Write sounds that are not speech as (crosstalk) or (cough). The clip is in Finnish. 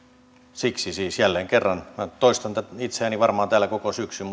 siksi siis jälleen kerran minä toistan itseäni varmaan täällä koko syksyn (unintelligible)